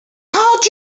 called